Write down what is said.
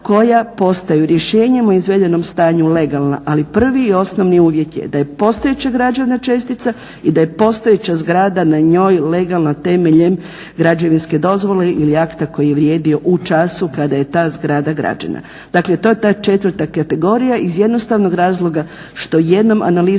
koja postaju rješenjem o izvedenom stanju legalna, ali prvi i osnovni uvjet je da je postojeća građevna čestica i da je postojeća zgrada na njoj legalna temeljem građevinske dozvole ili akta koji je vrijedio u času kada je ta zgrada građena. Dakle, to je ta četvrta kategorija iz jednostavnog razloga što jednom analizom